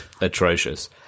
atrocious